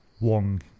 wong